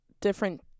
different